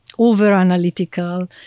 over-analytical